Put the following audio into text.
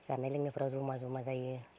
जानाय लोंनायफोराव जमा जमा जायो